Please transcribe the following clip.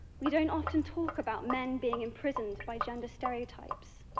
we don't often talk about men being imprisoned by gender stereotypes,